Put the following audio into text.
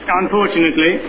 unfortunately